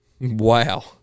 Wow